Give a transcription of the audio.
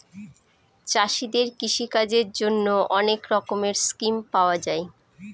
চাষীদের কৃষিকাজের জন্যে অনেক রকমের স্কিম পাওয়া যায়